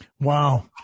Wow